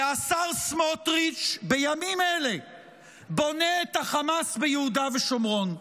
ובימים אלה השר סמוטריץ' בונה את החמאס ביהודה ושומרון.